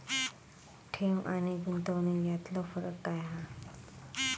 ठेव आनी गुंतवणूक यातलो फरक काय हा?